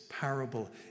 parable